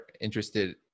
interested